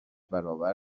برابر